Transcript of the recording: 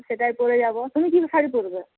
সেটাই পরে যাব তুমি কোন শাড়ি পরবে